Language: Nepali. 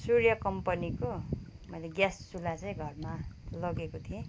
सूर्य कम्पनीको मैले ग्यास चुल्हा चाहिँ घरमा लगेको थिएँ